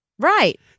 Right